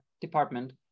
department